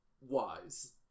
wise